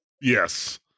yes